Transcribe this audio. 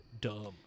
dumb